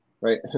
right